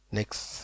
Next